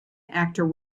actor